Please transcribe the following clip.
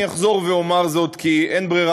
אחזור ואומר זאת כי אין ברירה,